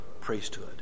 priesthood